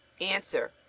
Answer